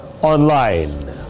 online